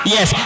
Yes